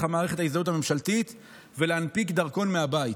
מערכת ההזדהות הממשלתית ולהנפיק דרכון מהבית.